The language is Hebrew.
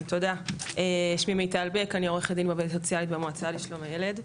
אני עורכת דין ועובדת סוציאלית במועצה לשלום הילד.